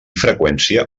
freqüència